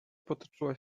potoczyła